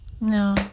No